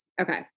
okay